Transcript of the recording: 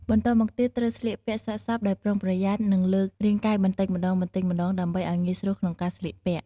បន្ទាប់មកទៀតត្រូវស្លៀកពាក់សាកសពដោយប្រុងប្រយ័ត្ន និងលើករាងកាយបន្តិចម្ដងៗដើម្បីឱ្យងាយស្រួលក្នុងការស្លៀកពាក់។